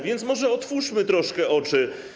Więc może otwórzmy troszkę oczy.